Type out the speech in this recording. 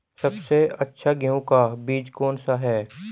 सबसे अच्छा गेहूँ का बीज कौन सा है?